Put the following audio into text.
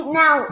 now